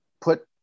put